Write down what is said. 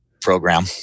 program